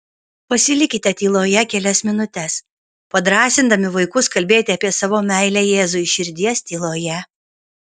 pasilikite tyloje kelias minutes padrąsindami vaikus kalbėti apie savo meilę jėzui širdies tyloje